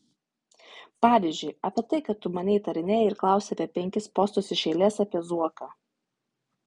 pavyzdžiui apie tai kad tu mane įtarinėji ir klausi apie penkis postus iš eilės apie zuoką